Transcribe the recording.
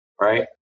right